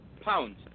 pounds